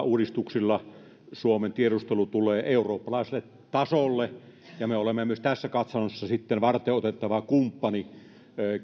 uudistuksilla suomen tiedustelu tulee eurooppalaiselle tasolle ja me olemme myös tässä katsannossa sitten varteenotettava kumppani